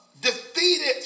defeated